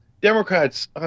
Democrats